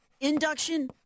induction